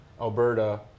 Alberta